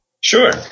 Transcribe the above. Sure